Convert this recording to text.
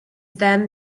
then